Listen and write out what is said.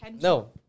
no